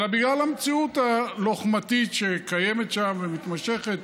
אלא בגלל המציאות המלחמתית שקיימת שם ומתמשכת